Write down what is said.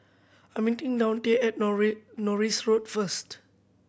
I meeting Daunte at Norris Road first